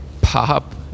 pop